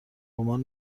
گمان